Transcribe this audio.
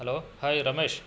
hello hi Ramesh